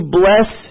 bless